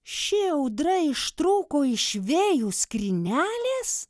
ši audra ištrūko iš vėjų skrynelės